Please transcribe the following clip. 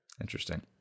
interesting